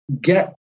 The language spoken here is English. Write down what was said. get